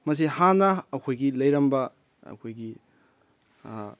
ꯃꯁꯤ ꯍꯥꯟꯅ ꯑꯩꯈꯣꯏꯒꯤ ꯂꯩꯔꯝꯕ ꯑꯩꯈꯣꯏꯒꯤ